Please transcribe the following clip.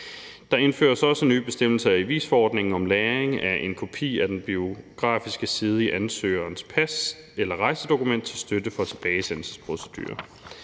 Der indføres også en ny bestemmelse af VIS-forordningen om lagring af en kopi af den biografiske side i ansøgerens pas eller rejsedokument til støtte for tilbagesendelsesprocedurer.